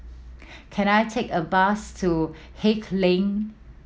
can I take a bus to Haig Lane